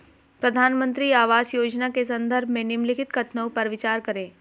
प्रधानमंत्री आवास योजना के संदर्भ में निम्नलिखित कथनों पर विचार करें?